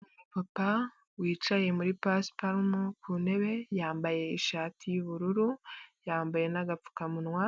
Umupapa wicaye muri pasiparume ku ntebe, yambaye ishati y'ubururu, yambaye n'agapfukamunwa,